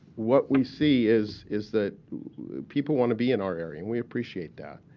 what we see is is that people want to be in our area and we appreciate that.